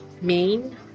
main